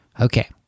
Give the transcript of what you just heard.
Okay